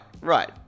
right